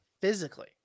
physically